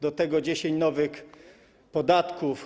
Do tego 10 nowych podatków.